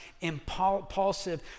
impulsive